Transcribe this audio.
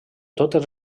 totes